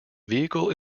vehicle